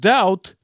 Doubt